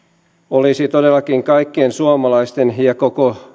olisi todellakin kaikkien suomalaisten ja koko